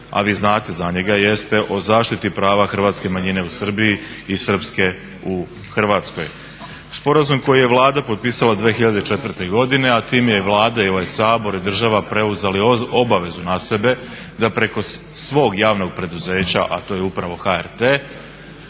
a vi znate za njega jeste o zaštiti prava hrvatske manjine u Srbiji i srpske u Hrvatskoj. Sporazum koji je Vlada potpisala 2004. godine, a time je i Vlada i ovaj Sabor i država preuzeli obavezu na sebe da preko svog javnog preduzeća a to je upravo HRT